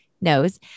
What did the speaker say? knows